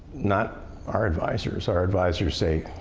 not our advisers. our advisers say,